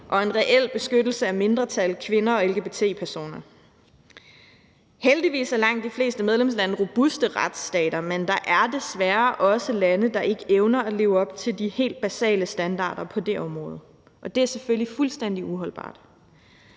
og en reel beskyttelse af mindretal, kvinder og lgbt-personer. Heldigvis er langt de fleste medlemslande robuste retsstater, men der er desværre også lande, der ikke evner at leve op til de helt basale standarder på det område, og det er selvfølgelig fuldstændig uholdbart.